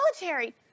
military